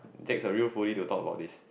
takes a real foodie to talk about this